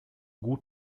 gut